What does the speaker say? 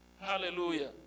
Hallelujah